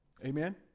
Amen